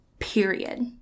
Period